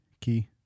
Key